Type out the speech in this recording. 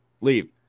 Leave